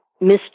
Miss